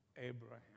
Abraham